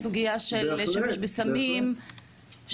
בסוגיה של שימוש בסמים ושתייה?